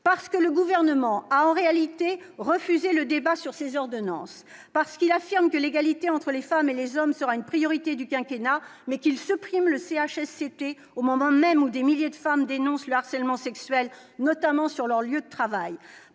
Parce que le Gouvernement a, en réalité, refusé le débat sur ces ordonnances, parce que le Gouvernement affirme que l'égalité entre les femmes et les hommes sera une priorité du quinquennat, mais supprime les CHSCT au moment même où des milliers de femmes dénoncent le harcèlement sexuel, notamment sur leur lieu de travail,